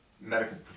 medical